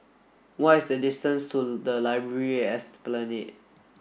what is the distance to the Library at Esplanade